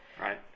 right